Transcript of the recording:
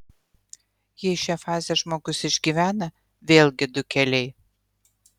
jei šią fazę žmogus išgyvena vėlgi du keliai